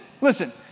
listen